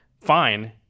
fine